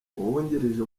uwungirije